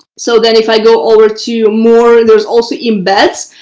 so then if i go over to more, there's also embed.